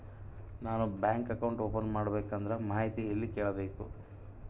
ನಾನು bank account open ಮಾಡಬೇಕಂದ್ರ ಮಾಹಿತಿ ಎಲ್ಲಿ ಕೇಳಬೇಕು?